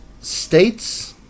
states